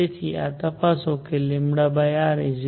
તેથી આ તપાસો rconstant